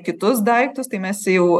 kitus daiktus tai mes jau